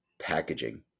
packaging